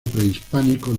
prehispánico